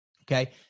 okay